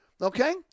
okay